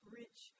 rich